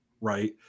right